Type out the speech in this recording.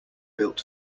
built